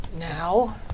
Now